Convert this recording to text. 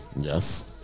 Yes